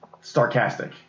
sarcastic